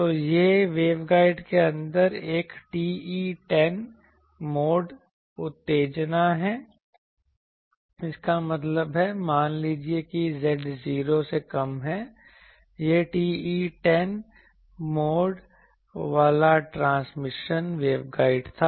तो यह वेवगाइड के अंदर एक TE10 मोड उत्तेजना है इसका मतलब है मान लीजिए कि z 0 से कम है यह TE10 मोड वाला ट्रांसमिशन वेवगाइड था